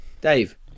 Dave